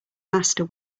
master